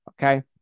Okay